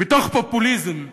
מתוך פופוליזם שאומר,